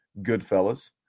Goodfellas